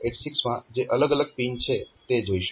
આપણે 8086 માં જે અલગ અલગ પિન છે તે જોઈશું